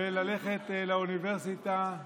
וללכת לאוניברסיטה,